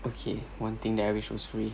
okay one thing that I wish was free